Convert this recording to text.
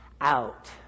out